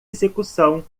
execução